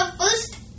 first